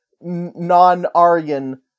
non-Aryan